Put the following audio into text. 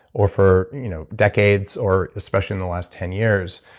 or for you know decades, or especially in the last ten years.